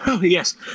Yes